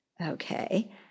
Okay